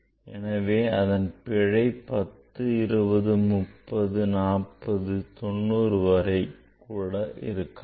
எனவே அதன் பிழை 10 20 30 40 லிருந்து 90 வரை இருக்கலாம்